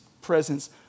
presence